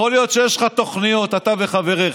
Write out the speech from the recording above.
יכול להיות שיש לך תוכניות, אתה וחבריך,